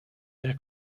der